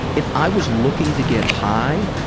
if i was looking to get high.